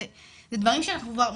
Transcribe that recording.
זה דברים שאנחנו כבר,